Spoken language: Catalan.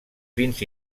fins